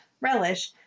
relish